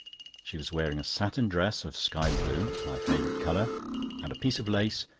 she was wearing a satin dress of sky-blue my favourite colour and a piece of lace,